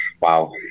wow